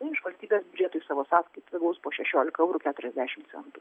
iš valstybės biudžeto į savo sąskaitą gaus po šešiolika eurų keturiasdešim centų